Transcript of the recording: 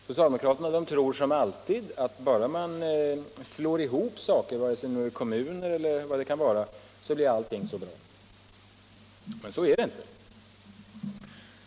Socialdemokraterna tror som alltid att allt blir så bra bara man slår ihop saker och ting — det må sedan gälla kommuner eller företag. Så är det inte.